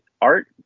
art